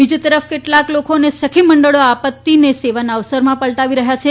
બીજી તરફ કેટલાક લોકો અને સખી મંડળી આ આપત્તિને સેવાના અવસરમાં પલટાવી રહયાં છે